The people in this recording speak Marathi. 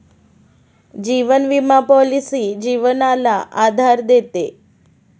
जीवन विमा पॉलिसी जीवनाला आधार देते